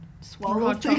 swallow